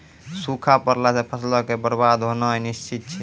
सूखा पड़ला से फसलो के बरबाद होनाय निश्चित छै